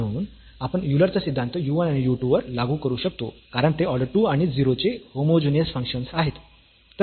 म्हणून आपण युलर चा सिद्धांत u 1 आणि u 2 वर लागू करू शकतो कारण ते ऑर्डर 2 आणि 0 चे होमोजीनियस फंक्शन्स आहेत